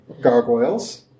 Gargoyles